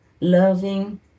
loving